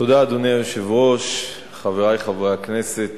אדוני היושב-ראש, תודה, חברי חברי הכנסת,